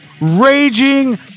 raging